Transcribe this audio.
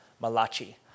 Malachi